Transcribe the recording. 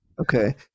Okay